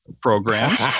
programs